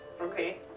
Okay